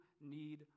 need